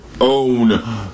own